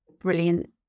brilliant